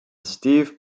steve